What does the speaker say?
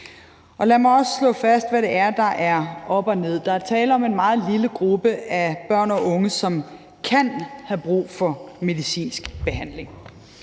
Lad mig også slå fast, hvad det er, der er op og ned. Der er tale om en meget lille gruppe af børn og unge, som kan have brug for medicinsk behandling.